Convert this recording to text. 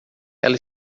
ela